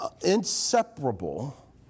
inseparable